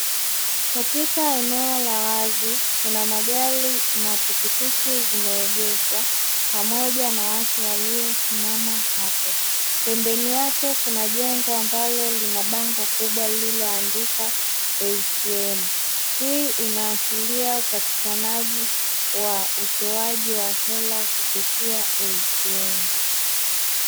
Katika eneo la wazi kuna magari na pikipiki zimeegeshwa pamoja na watu waliosimama hapo. Pembeni yake kuna jengo ambalo lina bango kubwa lililoandikwa "ATM", hii inaashiria upatikanaji wa utoaji wa hela kupitia ATM.